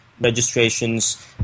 registrations